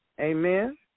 Amen